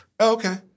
okay